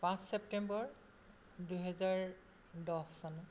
পাঁচ ছেপ্তেম্বৰ দুহেজাৰ দহ চন